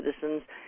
citizens